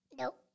Nope